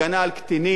הגנה על קטינים,